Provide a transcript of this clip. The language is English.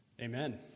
Amen